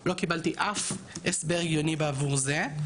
לא קיבלתי אף הסבר הגיוני בעבור זה.